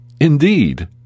Indeed